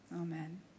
Amen